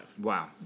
Wow